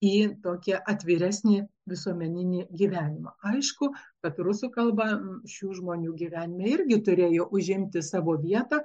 į tokį atviresnį visuomeninį gyvenimą aišku kad rusų kalba šių žmonių gyvenime irgi turėjo užimti savo vietą